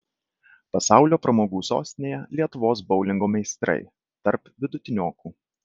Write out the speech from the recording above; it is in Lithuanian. pasaulio pramogų sostinėje lietuvos boulingo meistrai tarp vidutiniokų